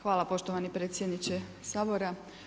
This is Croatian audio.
Hvala poštovani predsjedniče Sabora.